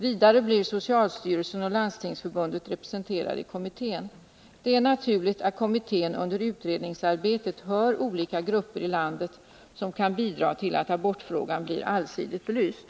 Vidare blir socialstyrelsen och Landstingsförbundet representerade i kommittén. Det är naturligt att kommittén under utredningsarbetet hör olika grupper i landet som kan bidra till att abortfrågan blir allsidigt belyst.